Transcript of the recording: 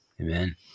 Amen